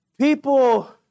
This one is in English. people